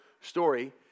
story